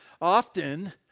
often